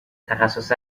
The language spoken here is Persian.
تخصص